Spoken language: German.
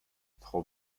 frau